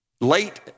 Late